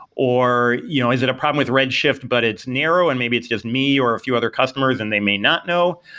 or you know is it a problem with redshift, but it's narrow and maybe it's just me or a few other customers, and they may not know,